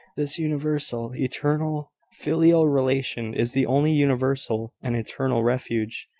this universal, eternal, filial relation is the only universal and eternal refuge.